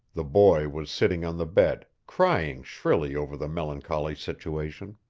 the boy was sitting on the bed, crying shrilly over the melancholy situation.